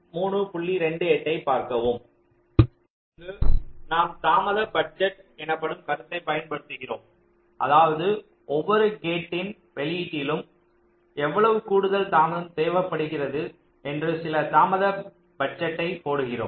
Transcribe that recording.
இங்கு நாம் தாமத பட்ஜெட் எனப்படும் கருத்தை பயன்படுத்துகிறோம் அதாவது ஒவ்வொரு கேட்டின் வெளியீட்டிலும் எவ்வளவு கூடுதல் தாமதம் தேவைப்படுகிறது என்று சில தாமத பட்ஜெட்டை போடுகிறோம்